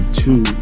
two